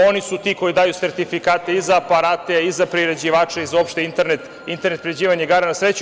Oni su ti koji daju sertifikate i za aparate i za priređivače i za uopšte internet, internet priređivanje igara na sreću.